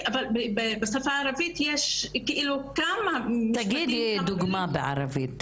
בשפה הערבית יש כמה מילים לומר את זה --- תגידי דוגמה בערבית,